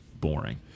boring